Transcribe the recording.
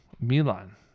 Milan